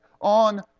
on